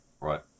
right